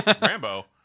Rambo